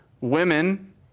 women